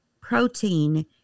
protein